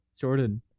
Jordan